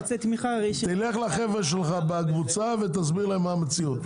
תלך לחבר'ה שלך ותסביר להם מה המציאות.